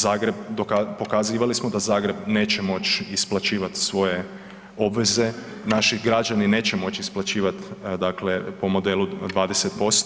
Zagreb, pokazivali smo da Zagreb neće moć isplaćivat svoje obveze, naši građani neće moć isplaćivat, dakle po modelu 20%